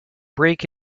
break